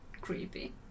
creepy